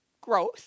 growth